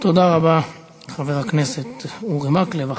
תודה רבה לחבר הכנסת אורי מקלב.